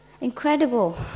incredible